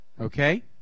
Okay